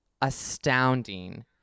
astounding